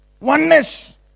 Oneness